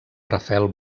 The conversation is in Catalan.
rafael